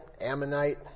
Ammonite